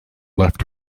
left